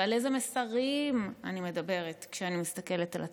ועל איזה מסרים אני מדברת כשאני מסתכלת על הציבור?